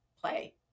play